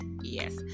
Yes